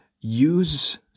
use